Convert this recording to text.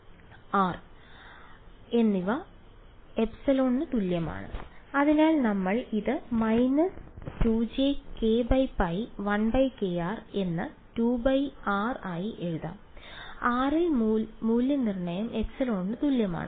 r r എന്നിവ ε തുല്യമാണ് അതിനാൽ നമ്മൾ ഇത് − 2jkπ 1kr എന്ന് 2πr ആയി എഴുതാം r ൽ മൂല്യനിർണ്ണയം ε ന് തുല്യമാണ്